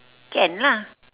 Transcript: can lah